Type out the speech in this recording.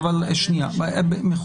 צריך איזה נייר